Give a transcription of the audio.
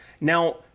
Now